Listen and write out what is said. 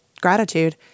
gratitude